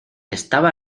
estaba